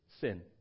sin